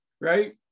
right